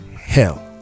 Hell